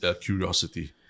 curiosity